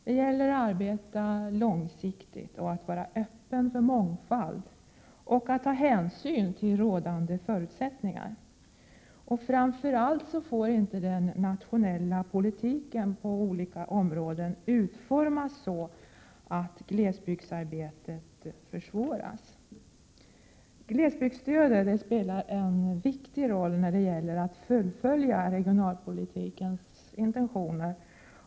Det gäller att arbeta långsiktigt och att vara öppen för mångfald och att ta hänsyn till rådande förutsättningar. Framför allt får inte den nationella politiken för olika områden utformas så att glesbygdsarbetet försvåras. Glesbygdsstödet spelar en viktig roll när det gäller att fullfölja regionalpolitikens intentioner.